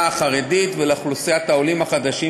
החרדית ולאוכלוסיית העולים החדשים,